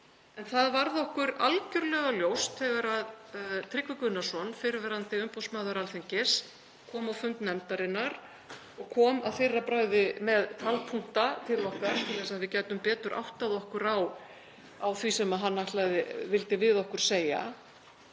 það varð okkur algerlega ljóst þegar Tryggvi Gunnarsson, fyrrverandi umboðsmaður Alþingis, kom á fund nefndarinnar og kom að fyrra bragði með talpunkta til okkar til þess að við gætum betur áttað okkur á því sem hann vildi við okkur segja,